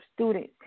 students